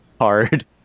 hard